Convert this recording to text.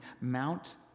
mount